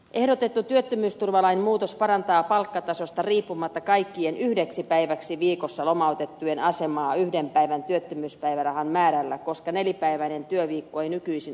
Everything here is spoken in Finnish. ehdotettu työttömyysturvalain muutos parantaa palkkatasosta riippumatta kaikkien yhdeksi päiväksi viikossa lomautettujen asemaa yhden päivän työttömyyspäivärahan määrällä koska nelipäiväinen työviikko ei nykyisin oikeuta työttömyyspäivärahaan